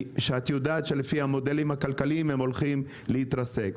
שאת יודעת שלפי המודלים הכלכליים הם הולכים להתרסק,